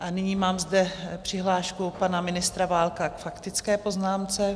Nyní mám zde přihlášku pana ministra Válka k faktické poznámce.